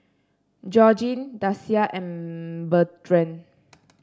Georgine Dasia and Bertrand